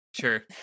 sure